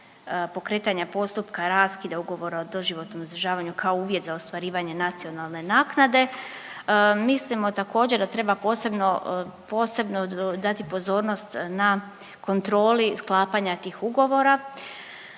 pokretanja postupka raskida ugovora o doživotnom uzdržavanju kao uvjet za ostvarivanje nacionalne naknade. Mislimo također da treba posebno dati pozornost na kontroli sklapanja tih ugovora.